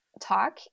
talk